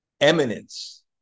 eminence